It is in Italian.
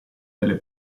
delle